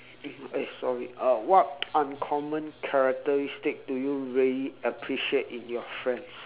mm eh sorry uh what uncommon characteristic do you really appreciate in your friends